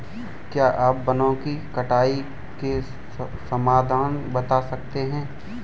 क्या आप वनों की कटाई के समाधान बता सकते हैं?